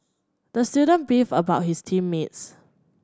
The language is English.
the student beefed about his team mates